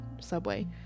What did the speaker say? subway